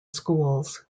schools